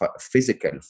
physical